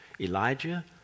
Elijah